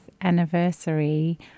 anniversary